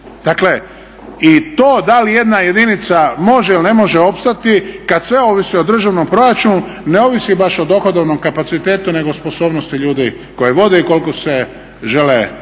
Dakle i to da li jedna jedinica može ili ne može opstati kada sve ovisi o državnom proračunu ne ovisi baš o dohodovnom kapacitetu nego o sposobnosti ljudi koji vode i koliko se žele